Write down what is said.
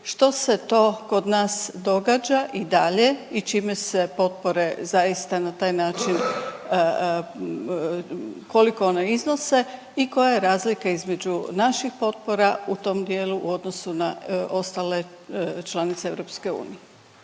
što se to kod nas događa i dalje i čime se potpore zaista na taj način, koliko one iznose i koja je razlika između naših potpora u tom dijelu u odnosu na ostale članice EU.